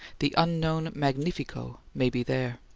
the unknown magnifico may be there.